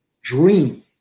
dream